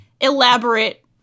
elaborate